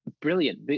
brilliant